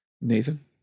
Nathan